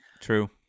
True